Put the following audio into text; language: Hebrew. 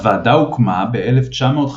הוועדה הוקמה ב-1953,